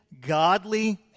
godly